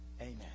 Amen